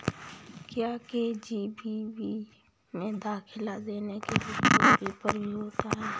क्या के.जी.बी.वी में दाखिला लेने के लिए कोई पेपर भी होता है?